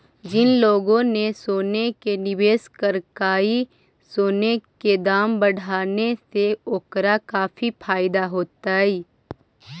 जिन लोगों ने सोने में निवेश करकई, सोने के दाम बढ़ने से ओकरा काफी फायदा होतई